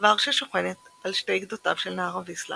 ורשה שוכנת על שתי גדותיו של נהר הוויסלה